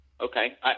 okay